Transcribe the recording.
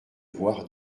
voir